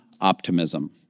optimism